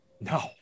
No